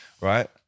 right